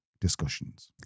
discussions